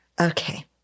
Okay